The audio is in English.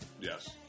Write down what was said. Yes